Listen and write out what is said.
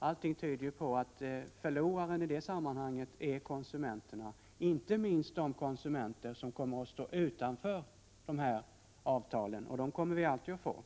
Allt tyder på att förlorarna är konsumenterna, inte minst de konsumenter som står utanför dessa avtal — och sådana kommer det alltid att finnas.